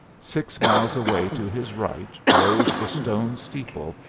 six miles away to his right rose the stone steeple,